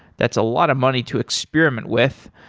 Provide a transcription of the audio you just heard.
that's a lot of money to experiment with.